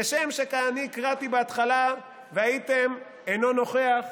כשם שאני הקראתי בהתחלה וזה היה "אינו נוכח",